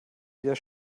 wieder